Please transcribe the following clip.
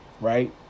right